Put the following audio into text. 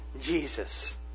Jesus